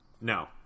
No